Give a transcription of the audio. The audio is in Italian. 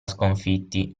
sconfitti